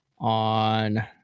On